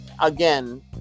Again